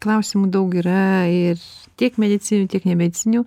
klausimų daug yra ir tiek medicininių tiek nemedicininių